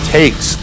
takes